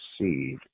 seed